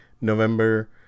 November